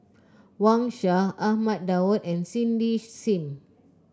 Wang Sha Ahmad Daud and Cindy Sim